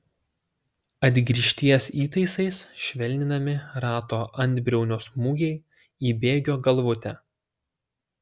atgrįžties įtaisais švelninami rato antbriaunio smūgiai į bėgio galvutę